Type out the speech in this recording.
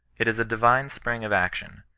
it is a divine spring of action,